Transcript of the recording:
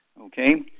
okay